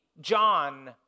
John